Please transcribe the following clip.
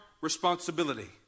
responsibility